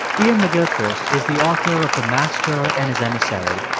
iain mcgilchrist is the author of the master and his emissary,